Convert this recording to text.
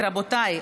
רבותיי,